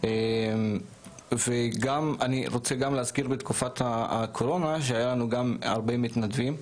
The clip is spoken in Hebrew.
אני רוצה גם להזכיר שבתקופת הקורונה היו לנו הרבה מתנדבים,